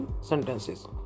sentences